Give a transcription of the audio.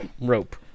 Rope